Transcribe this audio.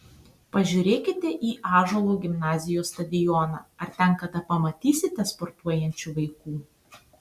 pažiūrėkite į ąžuolo gimnazijos stadioną ar ten kada pamatysite sportuojančių vaikų